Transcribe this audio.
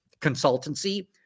Consultancy